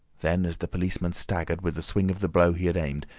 then, as the policeman staggered with the swing of the blow he had aimed,